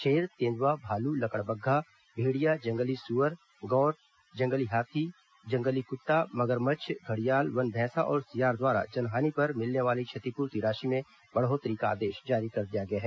शेर तेन्द्आ भालू लकड़बग्घा भेंड़िया जंगली सुअर गौर जंगली हाथी जंगली कुत्ता मगरमच्छ घड़ियाल वन भैंसा और सियार द्वारा जनहानि पर मिलने वाली क्षतिपूर्ति राशि में बढ़ोत्तरी का आदेश जारी किया गया है